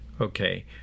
Okay